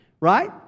Right